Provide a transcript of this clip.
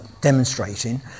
demonstrating